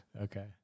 Okay